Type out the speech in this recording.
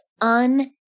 un